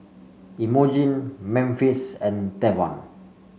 Imogene Memphis and Tavon